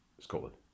Scotland